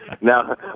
Now